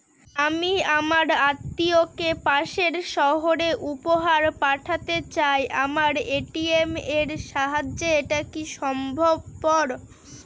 আমি আমার আত্মিয়কে পাশের সহরে উপহার পাঠাতে চাই আমার এ.টি.এম এর সাহায্যে এটাকি সম্ভবপর?